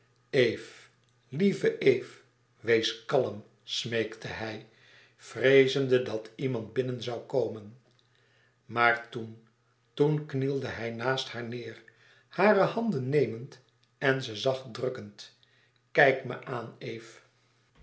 eve lieve eve wees kalm smeekte hij vreezende dat iemand binnen zou komen maar toen toen knielde hij naast haar neêr hare handen nemend en ze zacht drukkend kijk me aan eve